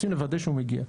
רוצים לוודא שהוא מגיע,